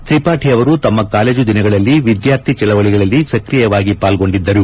ತ್ರಿಪಾಠಿ ಅವರು ತಮ್ಮ ಕಾಲೇಜು ದಿನಗಳಲ್ಲಿ ವಿದ್ಯಾರ್ಥಿ ಚಳವಳಿಯಲ್ಲಿ ಸಕ್ರಿಯವಾಗಿ ಪಾಲ್ಗೊಂಡಿದ್ದರು